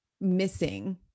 missing